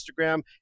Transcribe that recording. Instagram